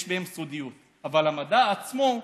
יש בהם סודיות, אבל המדע עצמו,